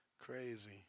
Crazy